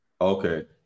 Okay